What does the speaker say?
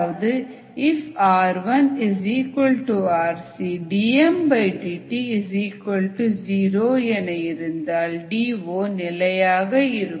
rirc dmdt 0 என இருந்தால் D O நிலையாக இருக்கும்